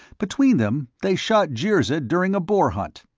between them, they shot jirzid during a boar hunt.